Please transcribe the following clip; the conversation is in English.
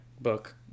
book